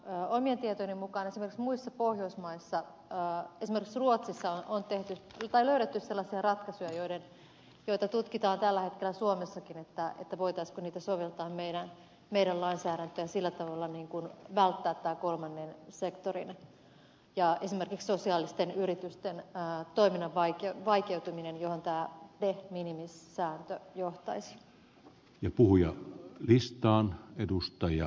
omien tietojeni mukaan esimerkiksi muissa pohjoismaissa esimerkiksi ruotsissa on löydetty sellaisia ratkaisuja joita tutkitaan tällä hetkellä suomessakin voitaisiinko niitä soveltaa meidän lainsäädäntöömme ja sillä tavalla välttää tämä kolmannen sektorin ja esimerkiksi sosiaalisten yritysten toiminnan vaikeutuminen johon tämä de minimis sääntö johtaisi